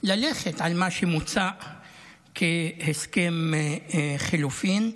ללכת על מה שמוצע כהסכם חילופין.